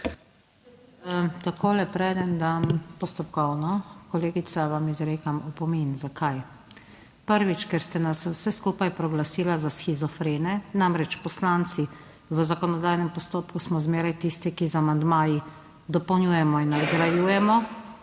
Takole, preden dam postopkovno, kolegica vam izrekam opomin. Zakaj? Prvič, ker ste nas vse skupaj proglasila za shizofrene. Namreč poslanci v zakonodajnem postopku smo zmeraj tisti, ki z amandmaji dopolnjujemo in nadgrajujemo